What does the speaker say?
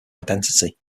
identity